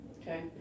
Okay